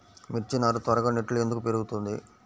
మిర్చి నారు త్వరగా నెట్లో ఎందుకు పెరుగుతుంది?